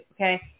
okay